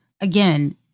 again-